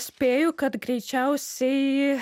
spėju kad greičiausiai